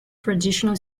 traditional